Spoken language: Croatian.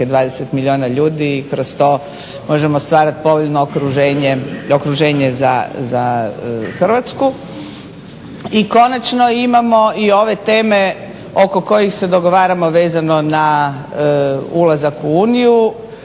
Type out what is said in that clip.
20 milijuna ljudi i kroz to možemo stvarati povoljno okruženje za Hrvatsku. I konačno imamo i ove teme oko kojih se dogovaramo vezano na ulazak u Uniju,